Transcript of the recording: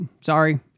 sorry